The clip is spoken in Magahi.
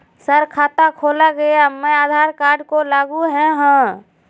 सर खाता खोला गया मैं आधार कार्ड को लागू है हां?